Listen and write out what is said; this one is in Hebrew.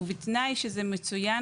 ובתנאי שזה מצוין